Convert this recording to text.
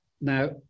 Now